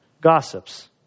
gossips